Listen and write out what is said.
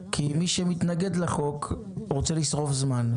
כי מי שמתנגד לחוק רוצה לשרוף זמן,